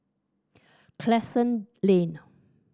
Crescent Lane